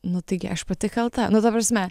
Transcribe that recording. nu taigi aš pati kalta nu ta prasme